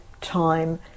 time